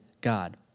God